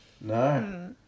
No